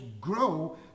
grow